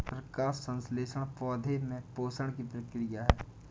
प्रकाश संश्लेषण पौधे में पोषण की प्रक्रिया है